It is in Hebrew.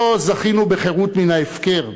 לא זכינו בחירות מן ההפקר,